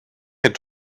had